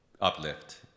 uplift